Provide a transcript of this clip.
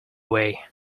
way